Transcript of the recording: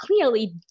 clearly